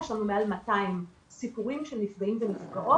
יש לנו מעל 200 סיפורים של נפגעים ונפגעות,